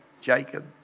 Jacob